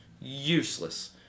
Useless